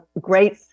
great